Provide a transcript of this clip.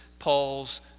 Paul's